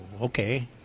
okay